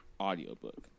audiobook